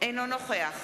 אינו נוכח